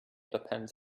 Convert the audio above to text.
depends